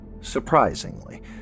surprisingly